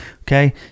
okay